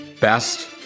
Best